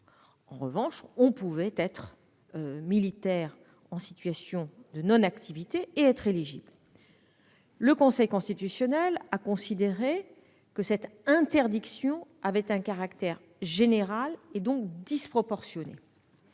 En revanche, on pouvait être militaire en situation de non-activité et éligible. Le Conseil constitutionnel a considéré que cette interdiction avait un caractère général et, partant, disproportionné.